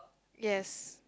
yes